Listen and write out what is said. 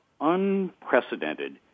unprecedented